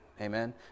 Amen